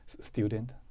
student